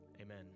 Amen